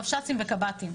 רבש"צים וקב"טים.